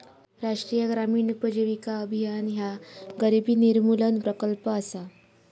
राष्ट्रीय ग्रामीण उपजीविका अभियान ह्या गरिबी निर्मूलन प्रकल्प असा